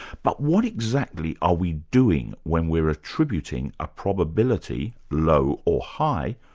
but what exactly are we doing when we're attributing a probability, low or high,